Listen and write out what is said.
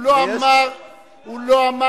מה עם ההוא עם